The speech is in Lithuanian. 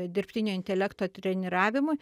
dirbtinio intelekto treniravimui